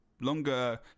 longer